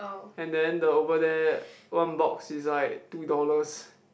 and then the over there one box is like two dollars